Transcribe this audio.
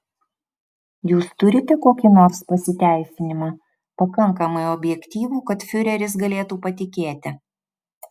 jūs turite kokį nors pasiteisinimą pakankamai objektyvų kad fiureris galėtų patikėti